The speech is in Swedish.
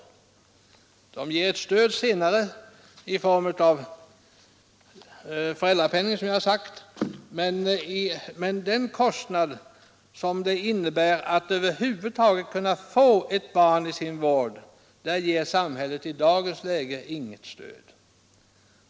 Samhället lämnar ett stöd senare i form av föräldrapenning, som jag har sagt, men när det gäller den kostnad som det innebär att över huvud taget kunna få ett barn i sin vård ger samhället i dagens läge inget stöd.